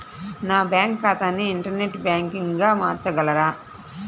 నా బ్యాంక్ ఖాతాని ఇంటర్నెట్ బ్యాంకింగ్గా మార్చగలరా?